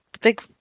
big